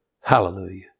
Hallelujah